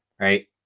right